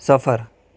سفر